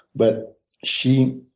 but she